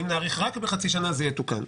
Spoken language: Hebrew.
אם נאריך רק בחצי שנה - זה יתוקן.